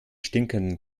stinkenden